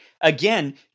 again